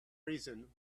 reason